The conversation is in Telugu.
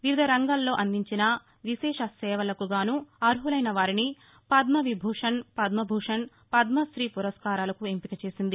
వివిధ రంగాల్లో అందించిన విశేష సేవలకు గాను అర్హలైన వారిని పద్మవిభూషణ్ పద్మభూషణ్ పద్మతీ పురస్మారాలకు ఎంపిక చేసింది